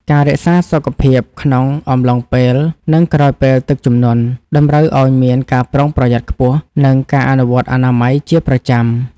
ការរក្សាសុខភាពក្នុងអំឡុងពេល និងក្រោយពេលទឹកជំនន់ តម្រូវឱ្យមានការប្រុងប្រយ័ត្នខ្ពស់ និងការអនុវត្តអនាម័យជាប្រចាំ។